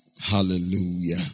Hallelujah